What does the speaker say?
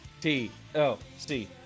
T-L-C